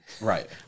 Right